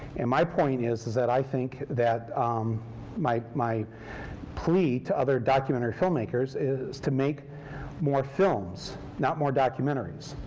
and my point is is that i think that um my my plea to other documentary filmmakers is to make more films, not more documentaries.